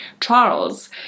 Charles